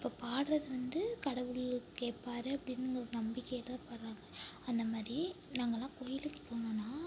அப்போ பாடுறத வந்து கடவுள் கேட்பாரு அப்படிங்குற நம்பிக்கையில் தான் பாடுறாங்க அந்தமாதிரி நாங்களாம் கோவிலுக்கு போனோம்னா